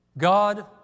God